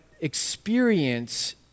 experience